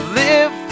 live